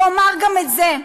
ואומר גם את זה: